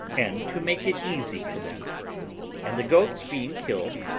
and to make it easy to them and the goats being killed,